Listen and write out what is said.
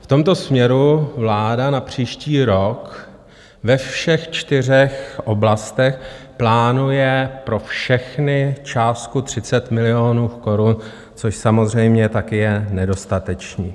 V tomto směru vláda na příští rok ve všech čtyřech oblastech plánuje pro všechny částku 30 milionů korun, což samozřejmě také je nedostatečné.